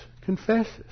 confesses